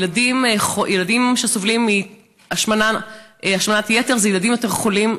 ילדים שסובלים מהשמנת יתר זה ילדים יותר חולים.